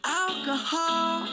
alcohol